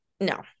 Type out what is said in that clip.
No